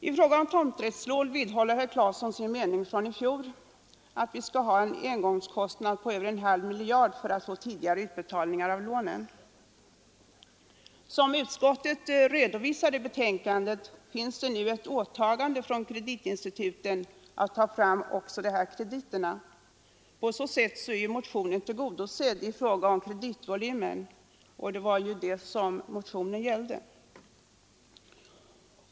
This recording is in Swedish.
I fråga om tomträttslån vidhåller herr Claeson sin mening från i fjol att vi skall ha en engångskostnad på över en halv miljard för att få tidigare utbetalningar av lånen. Som utskottet redovisar i betänkandet finns det nu ett åtagande från kreditinstituten att också ta fram dessa krediter. På så sätt är motionen tillgodosedd i fråga om kreditvolym, och det var ju detta motionen gällde.